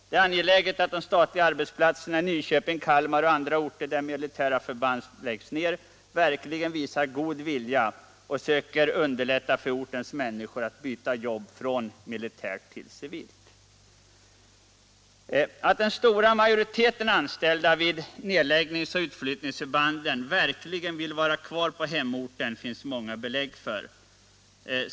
Det är angeläget att man på de statliga arbetsplatserna i Nyköping, Kalmar och andra orter, där militära förband läggs ned, verkligen visar god vilja och söker underlätta för ortens människor att byta från militärt till civilt jobb. Att den stora majoriteten anställda vid nedläggnings och utflyttningsförbanden verkligen vill vara kvar på hemorten finns det många belägg för.